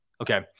Okay